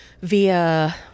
via